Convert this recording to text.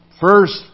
First